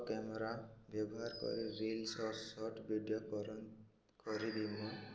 camera ବ୍ୟବହାର କରି reels short video କରିବି ମୁଁ